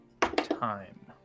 Time